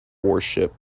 warship